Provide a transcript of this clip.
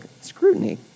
scrutiny